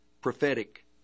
prophetic